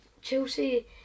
Chelsea